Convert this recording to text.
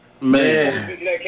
Man